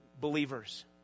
believers